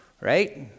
right